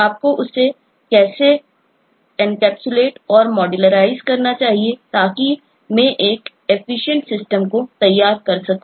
आपको उन्हें कैसे एनकैप्सूलेंटको तैयार कर सकूं